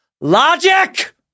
Logic